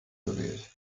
gewählt